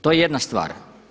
To je jedna stvar.